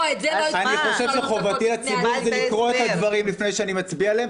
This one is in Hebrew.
אני חושב שחובתי לציבור לקרוא את הדברים לפני שאני מצביע עליהם,